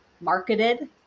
marketed